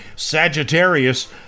Sagittarius